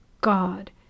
god